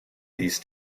these